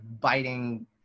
biting